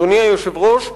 אדוני היושב-ראש,